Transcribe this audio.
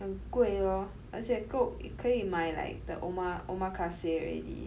很贵 lor 而且够可以买 like the oma~ omakase already